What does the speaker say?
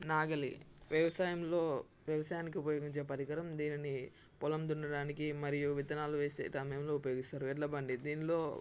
నాగలి వ్యవసాయంలో వ్యవసాయానికి ఉపయోగించే పరికరం దీనిని పొలం దున్నడానికి మరియు విత్తనాలు వేసే సమయంలో ఉపయోగిస్తారు ఎడ్లబండి దీనిలో